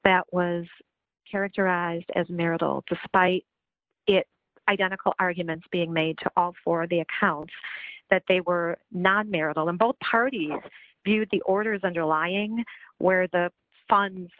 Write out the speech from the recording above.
that was characterized as marital despite it identical arguments being made to all four of the accounts that they were not marital and both parties viewed the orders underlying where the funds